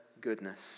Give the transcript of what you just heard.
goodness